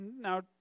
now